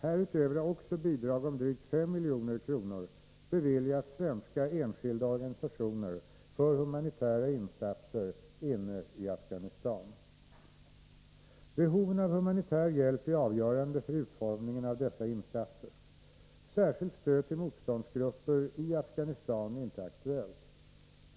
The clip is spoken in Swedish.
Härutöver har också bidrag om drygt 5 milj.kr. beviljats svenska enskilda organisationer för humanitära insatser inne i Afghanistan. Behoven av humanitär hjälp är avgörande för utformningen av dessa insatser. Särskilt stöd till motståndsgrupper i Afghanistan är inte aktuellt.